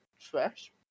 fresh